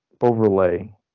overlay